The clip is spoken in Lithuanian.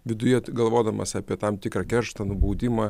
viduje galvodamas apie tam tikrą kerštą nubaudimą